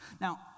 Now